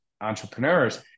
entrepreneurs